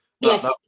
Yes